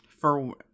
for-